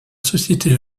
société